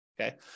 okay